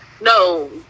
no